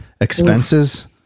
expenses